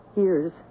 years